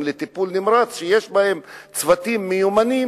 לטיפול נמרץ שיש בהם צוותים מיומנים,